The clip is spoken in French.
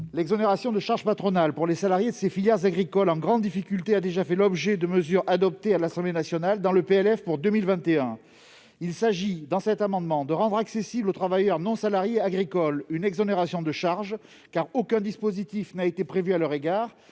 L'exonération de charges patronales pour les salariés de ces filières agricoles en grande difficulté a déjà fait l'objet de mesures adoptées à l'Assemblée nationale dans le projet de loi de finances (PLF) pour 2021. Il s'agit dans cet amendement de rendre accessible aux travailleurs non salariés agricoles une exonération de charges, car aucun dispositif n'a été prévu à leur égard